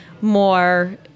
more